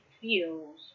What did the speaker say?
feels